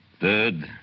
Third